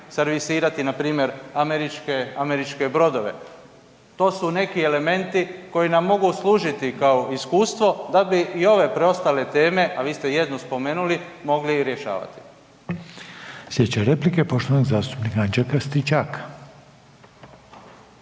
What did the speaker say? servisirati npr. američke brodove. To su neki elementi koji nam mogu služiti kao iskustvo da bi i ove preostale teme, a vi ste jednu spomenuli, mogli rješavati. **Reiner, Željko (HDZ)** Sljedeća replika